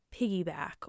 piggyback